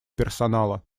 персонала